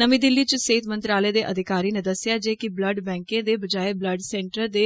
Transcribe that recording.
नमीं दिल्ली च सेहत मंत्रालय दे अधिकारी ने दस्सेआ जे कि ब्लड बैंकें दे बजाए ब्लड सैन्टर दे